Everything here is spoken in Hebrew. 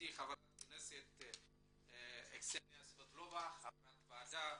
הכנסת קסניה סבטלובה, חברת הוועדה,